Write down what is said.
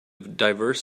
diverse